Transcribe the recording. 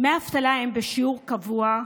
דמי האבטלה הם בשיעור קבוע,